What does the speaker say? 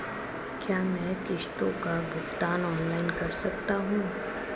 क्या मैं किश्तों का भुगतान ऑनलाइन कर सकता हूँ?